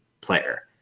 player